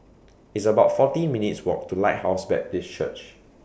It's about fourteen minutes' Walk to Lighthouse Baptist Church